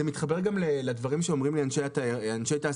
זה מתחבר גם לדברים שאומרים אנשי תעשיית